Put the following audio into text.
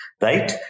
right